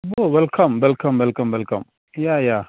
oh welcome welcome welcome welcome yeah yeah